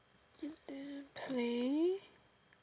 and then play